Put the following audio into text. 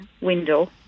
window